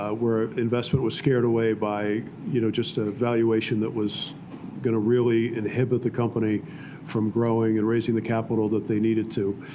ah where ah investment was scared away by you know just a valuation that was going to really inhibit the company from growing and raising the capital that they needed to.